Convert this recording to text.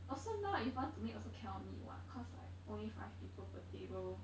also now if want to meet also cannot meet [what] cause like only five people per table